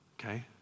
Okay